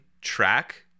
track